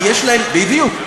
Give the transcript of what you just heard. בדיוק.